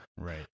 Right